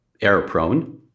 error-prone